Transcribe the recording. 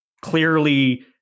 clearly